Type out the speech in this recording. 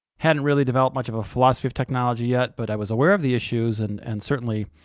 hadn't really developed much of a philosophy of technology yet, but i was aware of the issues and and certainly